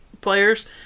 players